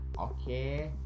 Okay